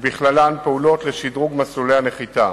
בכללן פעולות לשדרוג מסלולי הנחיתה.